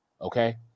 Okay